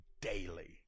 daily